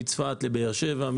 מצפת לבאר שבע,